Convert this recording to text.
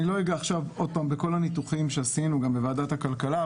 אני לא אגע עכשיו שוב בכל הניתוחים שעשינו גם בוועדת הכלכלה,